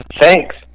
thanks